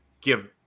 give